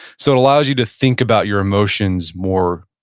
so, it allows you to think about your emotions more,